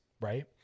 right